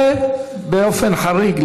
ובאופן חריג,